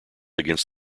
against